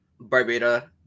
Barbada